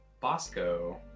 bosco